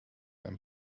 einen